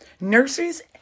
nurses